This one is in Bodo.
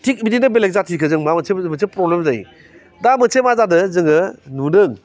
थिख बिदिनो बेलेग जाथिखौ जों माबा मोनसे नङा मोनसे प्रब्लेम जायो दा मोनसे मा जादों जोङो नुदों